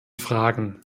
fragen